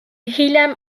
hiljem